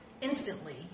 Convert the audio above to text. instantly